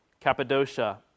Cappadocia